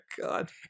God